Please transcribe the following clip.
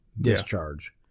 discharge